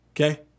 okay